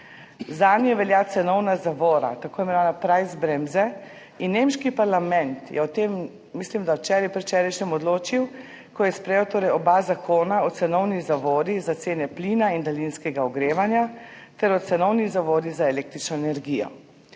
Zanje velja cenovna zavora, tako imenovana »Preisbremse« in nemški parlament je o tem, mislim, da včeraj, predvčerajšnjim odločil, ko je sprejel torej oba zakona, o cenovni zavori za cene plina in daljinskega ogrevanja ter o cenovni zavori za električno energijo.